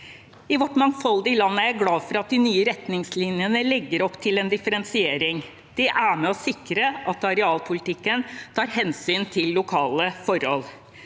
I vårt mangfoldige land er jeg glad for at de nye retningslinjene legger opp til en differensiering. Det er med på å sikre at arealpolitikken tar hensyn til lokale forhold.